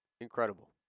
Incredible